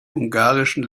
ungarischen